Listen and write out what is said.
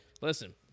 listen